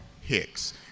Hicks